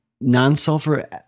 Non-sulfur